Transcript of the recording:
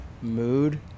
mood